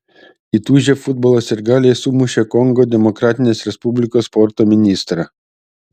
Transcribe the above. įtūžę futbolo sirgaliai sumušė kongo demokratinės respublikos sporto ministrą